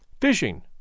fishing